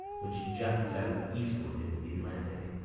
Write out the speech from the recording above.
which juts out eastward into the atlantic,